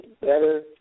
better